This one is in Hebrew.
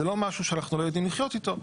זה לא משהו שאנחנו לא יודעים לחיות איתו.